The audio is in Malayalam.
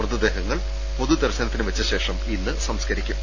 മൃതദേഹങ്ങൾ പൊതുദർശനത്തിനുവെച്ചശേഷം ഇന്ന് സംസ്കരിക്കും